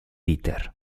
peter